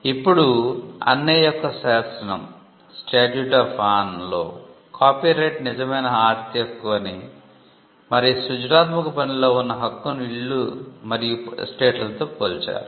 ఇప్పుడు అన్నే యొక్క శాసనం లో కాపీరైట్ నిజమైన ఆస్తి హక్కు అని మరియు సృజనాత్మక పనిలో ఉన్న హక్కును ఇళ్ళు మరియు ఎస్టేట్లతో పోల్చారు